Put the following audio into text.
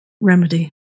remedy